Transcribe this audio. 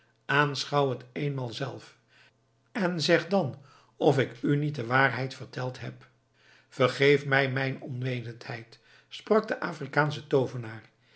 het eenmaal zelf en zeg dan of ik u niet de waarheid verteld heb vergeef mij mijn onwetendheid sprak de afrikaansche toovenaar